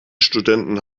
studenten